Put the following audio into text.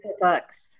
books